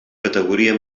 categoria